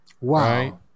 Wow